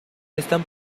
están